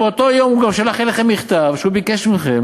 אבל באותו יום הוא גם שלח אליכם מכתב והוא ביקש מכם